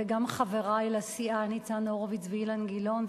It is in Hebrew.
וגם חברי לסיעה ניצן הורוביץ ואילן גילאון,